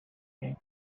meer